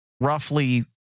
roughly